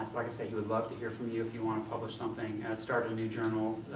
like i say, he would love to hear from you if you want to publish something, start a new journal,